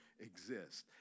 exist